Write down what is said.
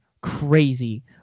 crazy